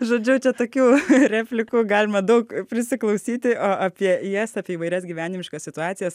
žodžiu čia tokių replikų galima daug prisiklausyti o apie jas apie įvairias gyvenimiškas situacijas